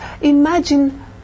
imagine